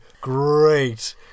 great